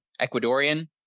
Ecuadorian